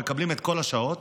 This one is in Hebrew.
מקבלים את כל השעות,